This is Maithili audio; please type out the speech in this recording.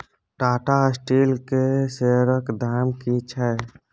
टाटा स्टील केर शेयरक दाम की छै?